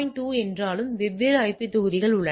2 என்றாலும் வெவ்வேறு ஐபி தொகுதிகள் உள்ளன